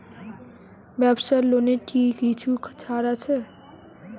ব্যাবসার লোনে কি কিছু ছাড় আছে?